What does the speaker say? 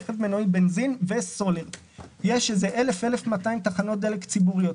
יש איזה 1,000, 1,200 תחנות דלק ציבוריות.